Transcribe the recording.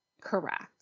Correct